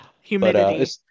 humidity